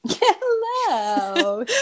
Hello